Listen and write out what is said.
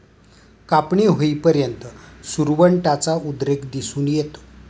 कापणी होईपर्यंत सुरवंटाचा उद्रेक दिसून येतो